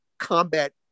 combat